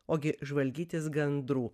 ogi žvalgytis gandrų